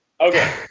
Okay